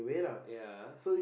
ya